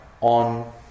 on